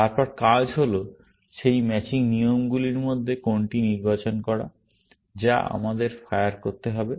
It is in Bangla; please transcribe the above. তারপর কাজ হল সেই ম্যাচিং নিয়মগুলির মধ্যে কোনটি নির্বাচন করা যা আমাদের ফায়ার করতে হবে